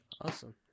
Awesome